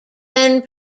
when